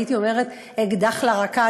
הייתי אומרת אקדח לרקה,